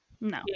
No